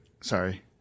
Sorry